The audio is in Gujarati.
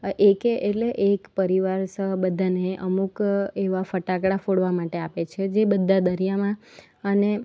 એ કે એટલે એક પરિવાર સહ બધાને અમુક એવા ફટાકડા ફોડવા માટે આપે છે જે બધા દરિયામાં અને